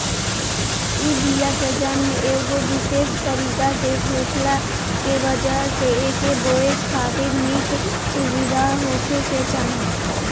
इ बिया के जनम एगो विशेष तरीका से होखला के वजह से एके बोए खातिर निक सुविधा होखे के चाही